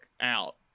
out